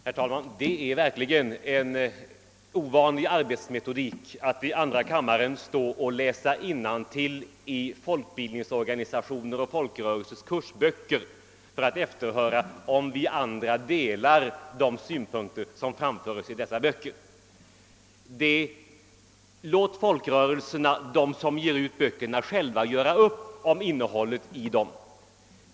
Herr talman! Det är verkligen en ovanlig arbetsmetodik att i andra kammaren stå och läsa innantill ur folkbildningsorganisationers och folkrörelsers kursböcker för att efterhöra om vi andra delar de synpunkter som framföres i dessa böcker. Låt de folkrörelser som ger ut böckerna själva göra upp om innehållet i dem.